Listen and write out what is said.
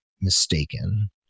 mistaken